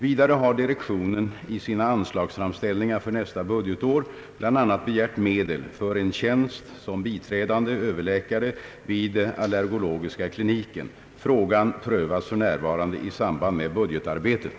Vidare har direktionen i sina anslagsframställningar för nästa budgetår bl.a. begärt medel för en tjänst som biträdande överläkare vid allergologiska kliniken. Frågan prövas f.n. i samband med budgetarbetet.